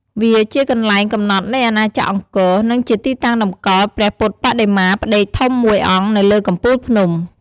វាជាកន្លែងកំណើតនៃអាណាចក្រអង្គរ និងជាទីតាំងតម្កល់ព្រះពុទ្ធបដិមាផ្ដេកធំមួយអង្គនៅលើកំពូលភ្នំ។